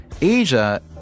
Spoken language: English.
Asia